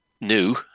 new